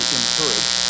encourage